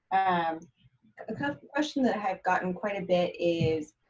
um ah kind of question that i've gotten quite a bit is,